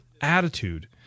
attitude